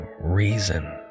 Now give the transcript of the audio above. reason